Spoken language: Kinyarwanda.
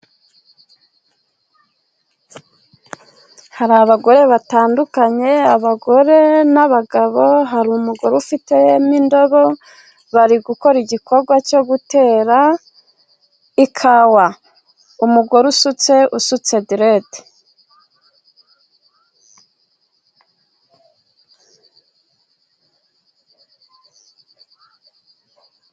Hari abagore batandukanye, abagore n'abagabo hari umugore ufite indobo, bari gukora igikorwa cyo gutera ikawa. Umugore usutse, usutse derede.